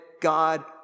God